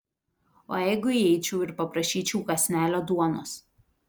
o jeigu įeičiau ir paprašyčiau kąsnelio duonos